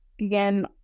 again